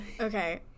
Okay